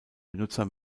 benutzer